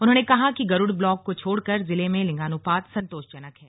उन्होंने कहा कि गरुड़ ब्लॉक को छोड़कर जिले में लिंगानुपात संतोषजनक है